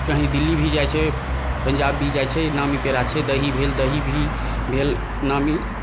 कही दिल्ली भी जाइ छै पञ्जाब भी जाइ छै नामी पेड़ा छै दही भेल दही भी भेल नामी